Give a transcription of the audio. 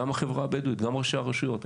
גם החברה הבדואית, גם ראשי הרשויות.